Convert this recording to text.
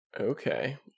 Okay